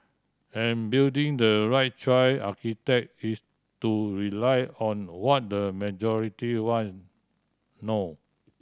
and building the right choice is to rely on what the majority wants no